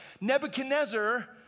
Nebuchadnezzar